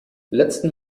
letzten